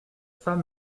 femme